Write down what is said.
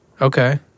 Okay